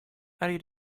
how